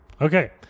Okay